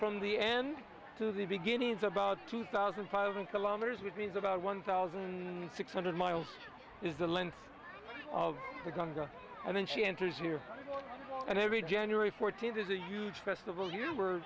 from the end to the beginnings about two thousand five hundred kilometers which means about one thousand six hundred miles is the length of the congo and then she enters here and every january fourteenth is a huge festival